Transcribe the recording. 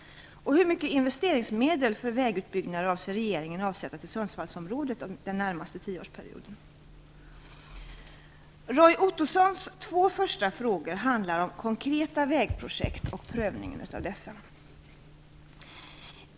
Roy Ottossons två första frågor handlar om konkreta vägprojekt och prövningen av dessa.